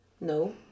No